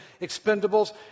expendables